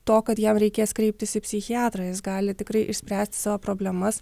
to kad jam reikės kreiptis į psichiatrą jis gali tikrai išspręsti savo problemas